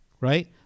right